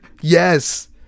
Yes